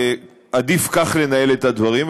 עדיף כך לנהל את הדברים,